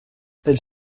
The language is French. elle